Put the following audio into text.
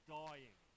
dying